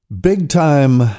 big-time